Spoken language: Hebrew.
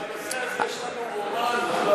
בנושא הזה יש לנו כבר רומן ארוך.